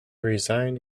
resigned